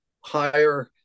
higher